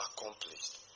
accomplished